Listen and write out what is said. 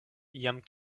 jam